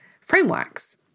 frameworks